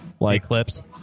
Eclipse